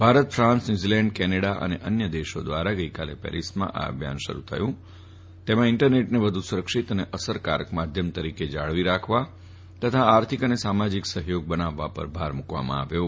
Bharat France New Zealand Canada અને અન્ય દેશો દ્વારા ગઈકાલે પેરીસમાં આ અંગે અભિથાન શરૂ કરાયું છે તેમાં ઈન્ટરનેટને વધુ સુરક્ષીત અને અસરકારક માધ્યમ તરીકે જાળવી રાખવા અને આર્થિક તથા સામાજિક સફયોગ બનાવવા પર ભાર મૂકવામાં આવ્યો છે